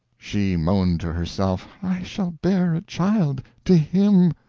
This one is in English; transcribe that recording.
she moaned to herself i shall bear a child to him!